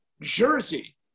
jersey